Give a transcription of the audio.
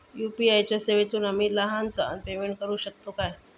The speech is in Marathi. यू.पी.आय च्या सेवेतून आम्ही लहान सहान पेमेंट करू शकतू काय?